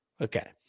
Okay